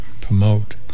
promote